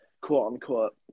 quote-unquote